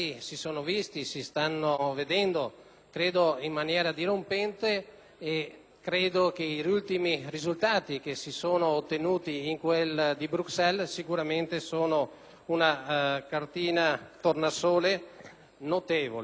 credo in maniera dirompente; penso che gli ultimi risultati che si sono ottenuti in quel di Bruxelles ne siano sicuramente una cartina di tornasole notevole.